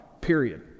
Period